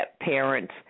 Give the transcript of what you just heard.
parents